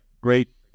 great